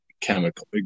chemical